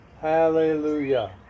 Hallelujah